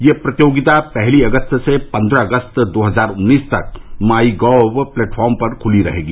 यह प्रतियोगिता पहली अगस्त से पन्द्रह अगस्त दो हजार उन्नीस तक माईगव प्लेटफार्म पर खुली रहेगी